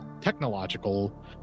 technological